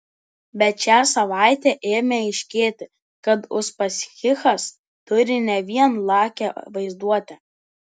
bet šią savaitę ėmė aiškėti kad uspaskichas turi ne vien lakią vaizduotę